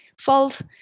false